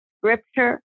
scripture